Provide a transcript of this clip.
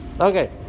okay